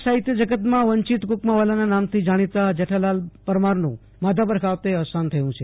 કરછનાં સાહિત્ય જગતમાં વંચિત કુકમાવાલા નામથી જાણીતા જેઠાલાલ પરમારનું મોધાપર ખાતે અવસાન થયું છે